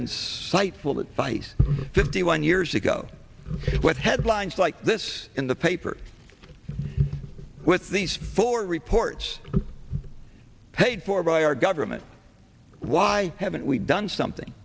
insightful advice fifty one years ago what headlines like this in the paper with these four reports paid for by our government why haven't we done something